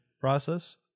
process